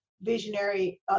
visionary